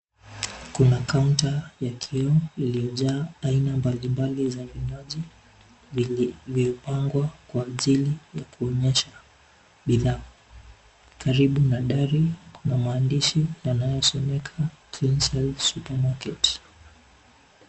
Kuna kaunta ya kioo iliyojaa aina mbalimbali za vinywaji vilivopangwa kwa ajili ya kuonyesha bidhaa. Karibu na dari kuna maandishi yanayosomeka Cleanshelf supermarket .